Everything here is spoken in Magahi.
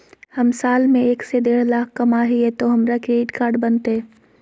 हम साल में एक से देढ लाख कमा हिये तो हमरा क्रेडिट कार्ड बनते?